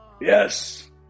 Yes